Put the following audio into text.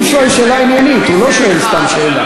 הוא שואל שאלה עניינית, הוא לא שואל סתם שאלה.